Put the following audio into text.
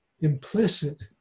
implicit